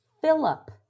Philip